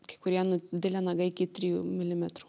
kai kurie nudilę nagai iki trijų milimetrų